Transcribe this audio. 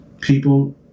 people